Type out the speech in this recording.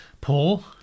Paul